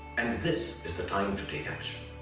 and this is the time to take action.